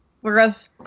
whereas